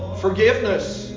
forgiveness